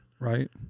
Right